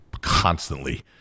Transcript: constantly